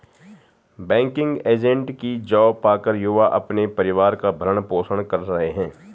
banking agent की job पाकर युवा अपने परिवार का भरण पोषण कर रहे है